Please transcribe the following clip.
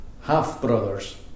half-brothers